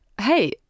Hey